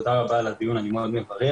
תודה רבה על הדיון עליו אני מאוד מברך.